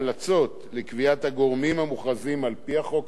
לקביעת הגורמים המוכרזים על-פי החוק המוצע,